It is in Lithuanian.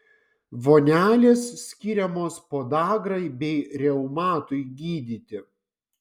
vonelės skiriamos podagrai bei reumatui gydyti